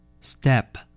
Step